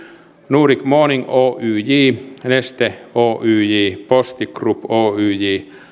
nordic morning oyj neste oyj posti group oyj